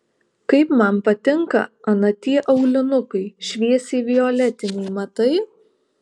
kaip man patinka ana tie aulinukai šviesiai violetiniai matai